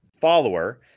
follower